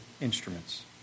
instruments